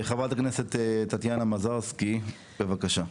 חברת הכנסת טטיאנה מזרסקי, בבקשה.